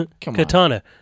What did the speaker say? Katana